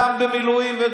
גם במילואים.